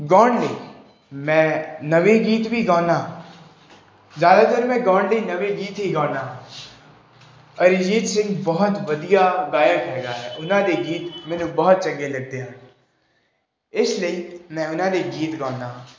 ਗਾਉਣ ਲਈ ਮੈਂ ਨਵੇਂ ਗੀਤ ਵੀ ਗਾਉਂਦਾ ਜ਼ਿਆਦਾਤਰ ਮੈਂ ਗਾਉਣ ਲਈ ਨਵੇਂ ਗੀਤ ਹੀ ਗਾਉਂਦਾ ਅਰਿਜੀਤ ਸਿੰਘ ਬਹੁਤ ਵਧੀਆ ਗਾਇਕ ਹੈਗਾ ਉਹਨਾਂ ਦੇ ਗੀਤ ਮੈਨੂੰ ਬਹੁਤ ਚੰਗੇ ਲੱਗਦੇ ਹਨ ਇਸ ਲਈ ਮੈਂ ਉਹਨਾਂ ਦੇ ਗੀਤ ਗਾਉਂਦਾ ਹਾਂ